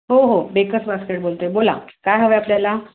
हो हो bakers basket बोलतो आहे बोला काय हवं आहे आपल्याला